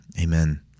amen